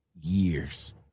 years